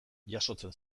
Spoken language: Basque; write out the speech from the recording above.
jasotzen